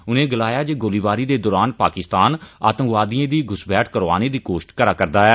उनें गलाया जे गोलीबारी दे दौरान पाकिस्तान आतंकवादिएं दी घुसपैठ करोआने दी कोशश करदा ऐ